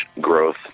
growth